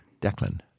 Declan